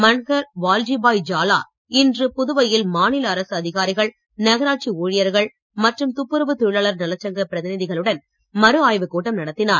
மன்ஹர் வால்ஜிபாய் ஜாலா இன்று புதுவையில் மாநில அரசு அதிகாரிகள் நகராட்சி ஊழியர்கள் மற்றும் துப்புரவுத் தொழிலாளர் நலச்சங்க பிரதிநிதிகளுடன் மறுஆய்வுக் கூட்டம் நடத்தினார்